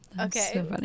okay